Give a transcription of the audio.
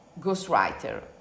ghostwriter